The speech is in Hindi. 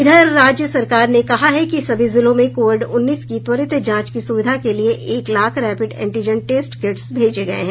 इधर राज्य सरकार ने कहा है कि सभी जिलों में कोविड उन्नीस की त्वरित जांच की सुविधा के लिये एक lakh rapid antigen test kits भेजे गये हैं